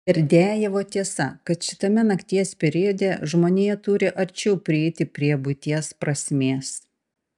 berdiajevo tiesa kad šitame nakties periode žmonija turi arčiau prieiti prie buities prasmės